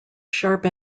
sharp